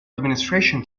administration